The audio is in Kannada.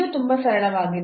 ಇದು ತುಂಬಾ ಸರಳವಾಗಿದೆ